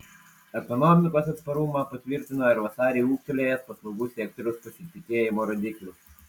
ekonomikos atsparumą patvirtino ir vasarį ūgtelėjęs paslaugų sektoriaus pasitikėjimo rodiklis